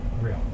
Real